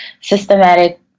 systematic